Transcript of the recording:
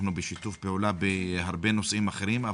ואנחנו עובדים בשיתוף פעולה איתם בהרבה נושאים אחרים.